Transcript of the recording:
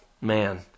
man